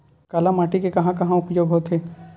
काली माटी के कहां कहा उपयोग होथे?